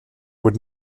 would